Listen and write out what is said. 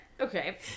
okay